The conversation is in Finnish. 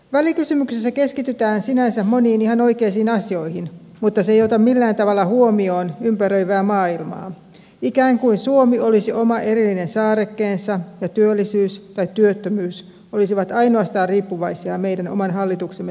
välikysymyksessä keskitytään sinänsä moniin ihan oikeisiin asioihin mutta se ei ota millään tavalla huomioon ympäröivää maailmaa ikään kuin suomi olisi oma erillinen saarekkeensa ja työllisyys tai työttömyys olisivat riippuvaisia ainoastaan meidän oman hallituksemme teoista